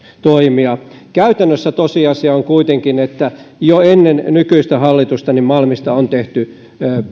toimia käytännössä tosiasia on kuitenkin se että jo ennen nykyistä hallitusta malmista on tehty